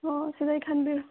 ꯑꯣ ꯁꯤꯗꯒꯤ ꯈꯟꯕꯤꯔꯣ